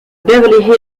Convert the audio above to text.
beverly